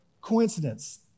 coincidence